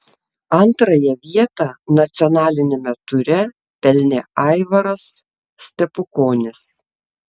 antrąją vietą nacionaliniame ture pelnė aivaras stepukonis